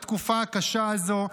בתקופה הקשה הזו,